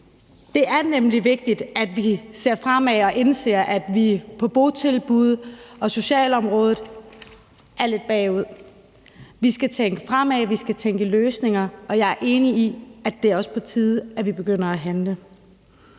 Det er nemlig vigtigt, at vi ser fremad og indser, at vi på botilbuds- og socialområdet er lidt bagud. Vi skal tænke fremad, vi skal tænke i løsninger, og jeg er enig i, at det også er på tide, at vi begynder at handle.